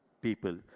people